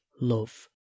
love